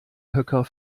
höcker